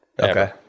Okay